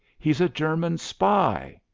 he's a german spy!